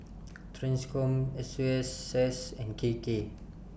TRANSCOM S U S S and K K